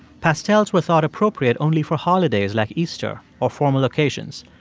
pastels were thought appropriate only for holidays like easter or formal occasions.